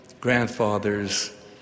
grandfathers